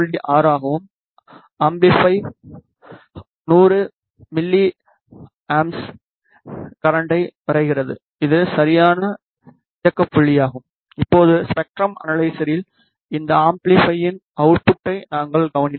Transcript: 6 ஆகவும் amplifier 100 M A கரண்டை வரைகிறது இது சரியான இயக்க புள்ளியாகும் இப்போது ஸ்பெக்ட்ரம் அனலைசரில் இந்த அம்பிளிபையின் அவுட்புட்டை நாங்கள் கவனிப்போம்